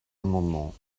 amendements